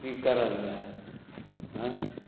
कि करल जाए हुँ